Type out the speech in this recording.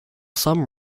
some